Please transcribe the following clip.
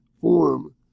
form